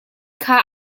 kha